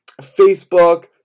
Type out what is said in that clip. Facebook